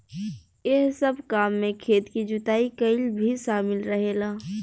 एह सब काम में खेत के जुताई कईल भी शामिल रहेला